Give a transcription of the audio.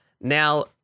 Now